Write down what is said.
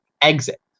exit